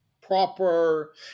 proper